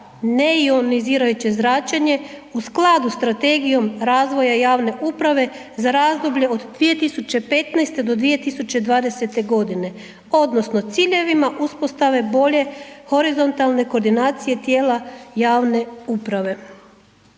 neionizirajuće zračenje u skladu s Strategijom razvoja javne uprave za razdoblje od 2015. do 2020. godine odnosno ciljevima uspostave bolje horizontalne koordinacije tijela javne uprave.